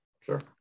Sure